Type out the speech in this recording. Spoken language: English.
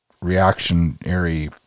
reactionary